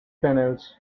panels